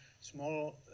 small